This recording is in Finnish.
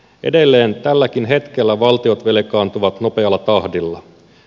edelleen tälläkin hetkellä valtiot velkaantuvat nopealla tahdilla